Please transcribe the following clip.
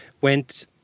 Went